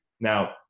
Now